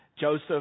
Joseph